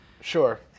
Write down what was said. Sure